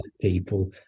people